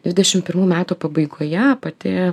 dvidešim pirmų metų pabaigoje pati